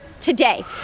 today